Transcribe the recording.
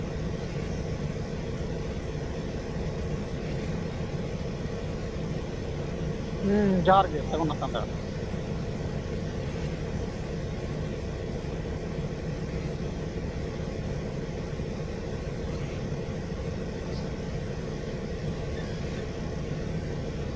ᱦᱩᱸ ᱡᱚᱦᱟᱨ ᱜᱮ ᱥᱟᱹᱜᱩᱱ ᱟᱛᱟᱝ ᱫᱟᱨᱟᱢ